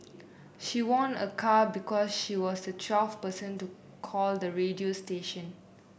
she won a car because she was the twelfth person to call the radio station